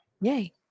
yay